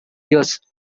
years